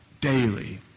daily